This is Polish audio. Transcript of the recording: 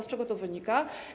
Z czego to wynika?